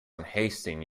unhasting